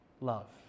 love